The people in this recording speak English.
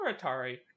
atari